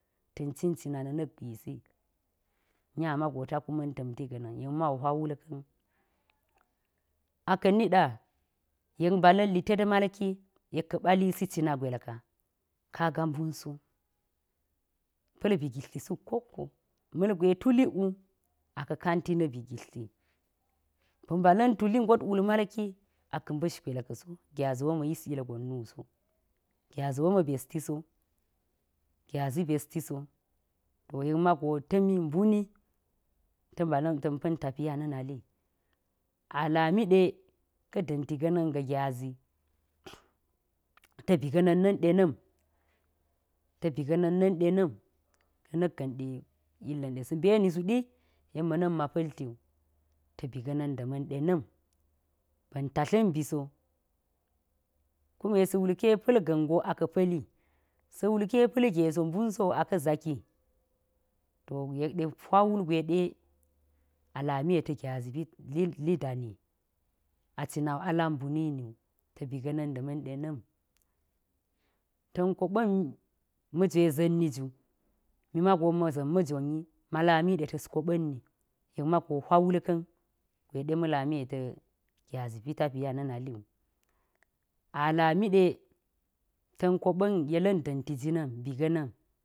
Ga̱n cin cina na nak gwesi nya mago ta ku ma̱n ta̱nti ga̱ninyek mau wul ka̱n. Aka̱ niɗa yek mbala̱n lited malki yek ka̱ ɓali cina gwel ka, kage mbunso pa̱l bi gilti suk koko ma̱l gwe tulik wu aka̱ kanti na bi gilti ba̱ mbala̱n tuli ngot wulmalki aka̱ mbesh gwel kaso gyazi wo ma̱ yis ilgon nuse, gyazi wo ma̱ gyazi bestiso gyazi bestiso. To yek mawu mbu nita̱ mbala̱n ta̱n pa̱n tepiya nanali. Alami de ka̱ da̱nti ja̱na̱n ga̱ gyazi ta̱ bi ga̱na̱n na̱n dena̱m, ta̱ bi ga̱na̱n na̱n dena̱m na̱ na̱k ga̱n de se mbeni sadi yek ma̱ na̱mma pa̱ltiwu ta bi ga̱na̱n da̱ dema̱n ba̱n tatlin bise, kume sa̱ wuke pa̱l ga̱ ngo aka̱ pa̱li su wuke pa̱l ge se mbun so wu aka̱ zaki, to yek da hwa wal gwe de akame deta gyazi lidani acina wo alak mbunini ta̱ biga̱na̱n da̱n dana̱n ta̱n ko ɓa̱n majwe za̱nniju mimago ma̱ za̱n ma̱ jon wi malami de tas ko ɓa̱mni yek majo bwawulka̱n gwe de ma̱lamide tegyazi pitepiya na̱ naliwu alamide ta̱n keɓa̱n yela̱n da̱nti jina̱n bi jina̱n.